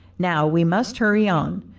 now we must hurry on,